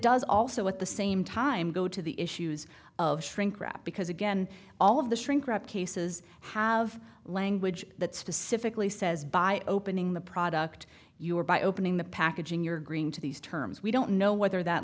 does also at the same time go to the issues of shrinkwrap because again all of the shrinkwrap cases have language that specifically says by opening the product you are by opening the packaging you're agreeing to these terms we don't know whether that